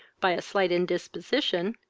by a slight indisposition,